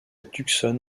tucson